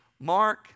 Mark